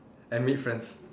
and meet friends